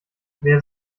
wer